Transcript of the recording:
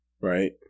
Right